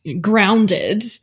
grounded